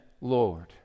Lord